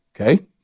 okay